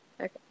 Okay